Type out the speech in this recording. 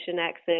access